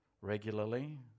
regularly